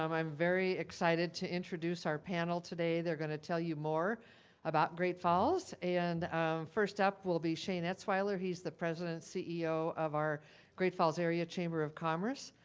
um i'm very excited to introduce our panel today. they're gonna tell you more about great falls. and first up will be shane etzwiler. he's the president ceo of our great falls area chamber of commerce.